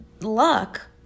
luck